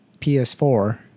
PS4